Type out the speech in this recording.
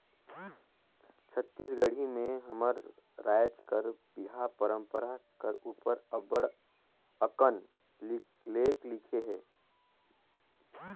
छत्तीसगढ़ी में हमर राएज कर बिहा परंपरा कर उपर अब्बड़ अकन लेख लिखे हे